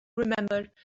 remembered